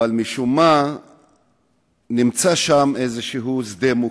אבל משום מה נמצא שם איזה שדה מוקשים,